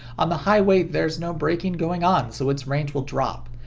on the highway, there's no braking going on so its range will drop.